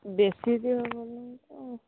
ବେଶୀ ଦେହ ଭଲ ନାହିଁ ତ